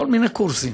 כל מיני קורסים.